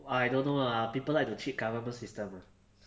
I don't know lah people like to cheat government system ah